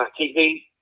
TV